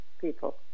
people